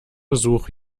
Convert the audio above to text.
besuch